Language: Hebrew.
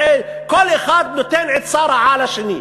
כל אחד נותן עצה רעה לשני.